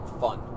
fun